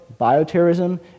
bioterrorism